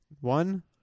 One